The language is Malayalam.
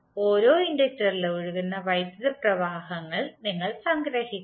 ഓരോ ഇൻഡക്ടറിലും ഒഴുകുന്ന വൈദ്യുത പ്രവാഹങ്ങൾ നിങ്ങൾ സംഗ്രഹിക്കണം